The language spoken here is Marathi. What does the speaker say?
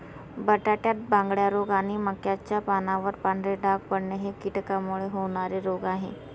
बटाट्यात बांगड्या रोग आणि मक्याच्या पानावर पांढरे डाग पडणे हे कीटकांमुळे होणारे रोग आहे